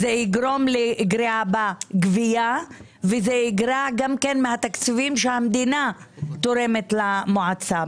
זה יגרום לגריעה בגבייה וזה יגרע גם מהתקציבים שהמדינה תורמת למועצה.